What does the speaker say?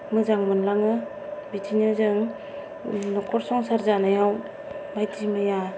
मोजां मोनलाङो बिदिनो जों नटखर संसार जानायाव बायदिमैया